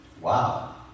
Wow